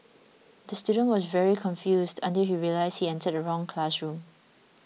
the student was very confused until he realised he entered the wrong classroom